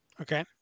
Okay